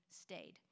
stayed